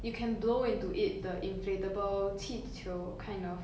you can blow into it the inflatable 气球 kind of